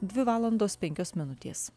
dvi valandos penkios minutės